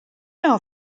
are